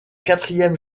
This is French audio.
quatrième